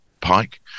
pike